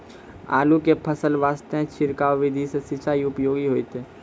आलू के फसल वास्ते छिड़काव विधि से सिंचाई उपयोगी होइतै?